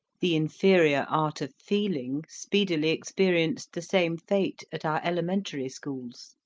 the inferior art of feeling speedily experienced the same fate at our elementary schools.